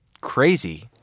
crazy